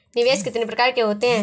निवेश कितने प्रकार के होते हैं?